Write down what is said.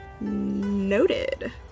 noted